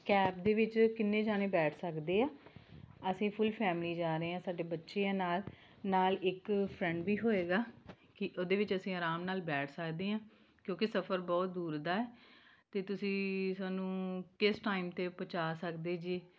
cab ਦੇ ਵਿੱਚ ਕਿੰਨੇ ਜਣੇ ਬੈਠ ਸਕਦੇ ਆ ਅਸੀਂ ਫੁੱਲ ਫੈਮਿਲੀ ਜਾ ਰਹੇ ਹਾਂ ਸਾਡੇ ਬੱਚੇ ਆ ਨਾਲ ਨਾਲ ਇੱਕ ਫਰੈਂਡ ਵੀ ਹੋਏਗਾ ਕਿ ਉਹਦੇ ਵਿੱਚ ਅਸੀਂ ਆਰਾਮ ਨਾਲ ਬੈਠ ਸਕਦੇ ਹਾਂ ਕਿਉਂਕਿ ਸਫਰ ਬਹੁਤ ਦੂਰ ਦਾ ਅਤੇ ਤੁਸੀਂ ਸਾਨੂੰ ਕਿਸ ਟਾਈਮ 'ਤੇ ਪਹੁੰਚਾ ਸਕਦੇ ਜੇ